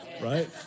right